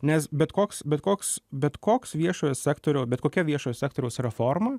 nes bet koks bet koks bet koks viešojo sektoriaus bet kokia viešojo sektoriaus reforma